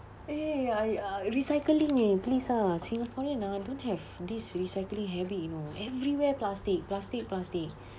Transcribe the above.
eh !aiya! recycling eh please ah singaporean ah don't have this recycling habit you know everywhere plastic plastic plastic